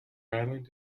island